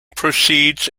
proceeds